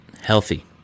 healthy